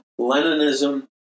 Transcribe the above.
Leninism